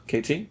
KT